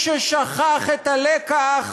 מי ששכח את הלקח